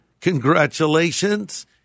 congratulations